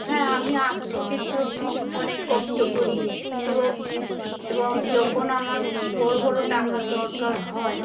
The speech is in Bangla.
হ্যাঁ আমি আর্থিকের জন্য অনেক কষ্ট করি এবং এবং যখন আমার বড় বড় টাকার দরকার হয়